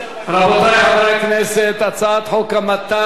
רבותי חברי הכנסת, הצעת חוק המת"ל,